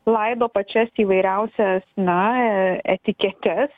laido pačias įvairiausias na etiketes